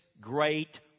great